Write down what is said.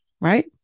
right